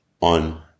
on